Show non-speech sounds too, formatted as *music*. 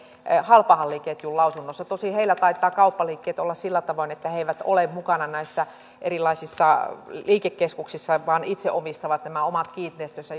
halpahalli ketjun lausunnossa tosin heillä taitavat kauppaliikkeet olla sillä tavoin että he he eivät ole mukana näissä erilaisissa liikekeskuksissa vaan itse omistavat nämä omat kiinteistönsä *unintelligible*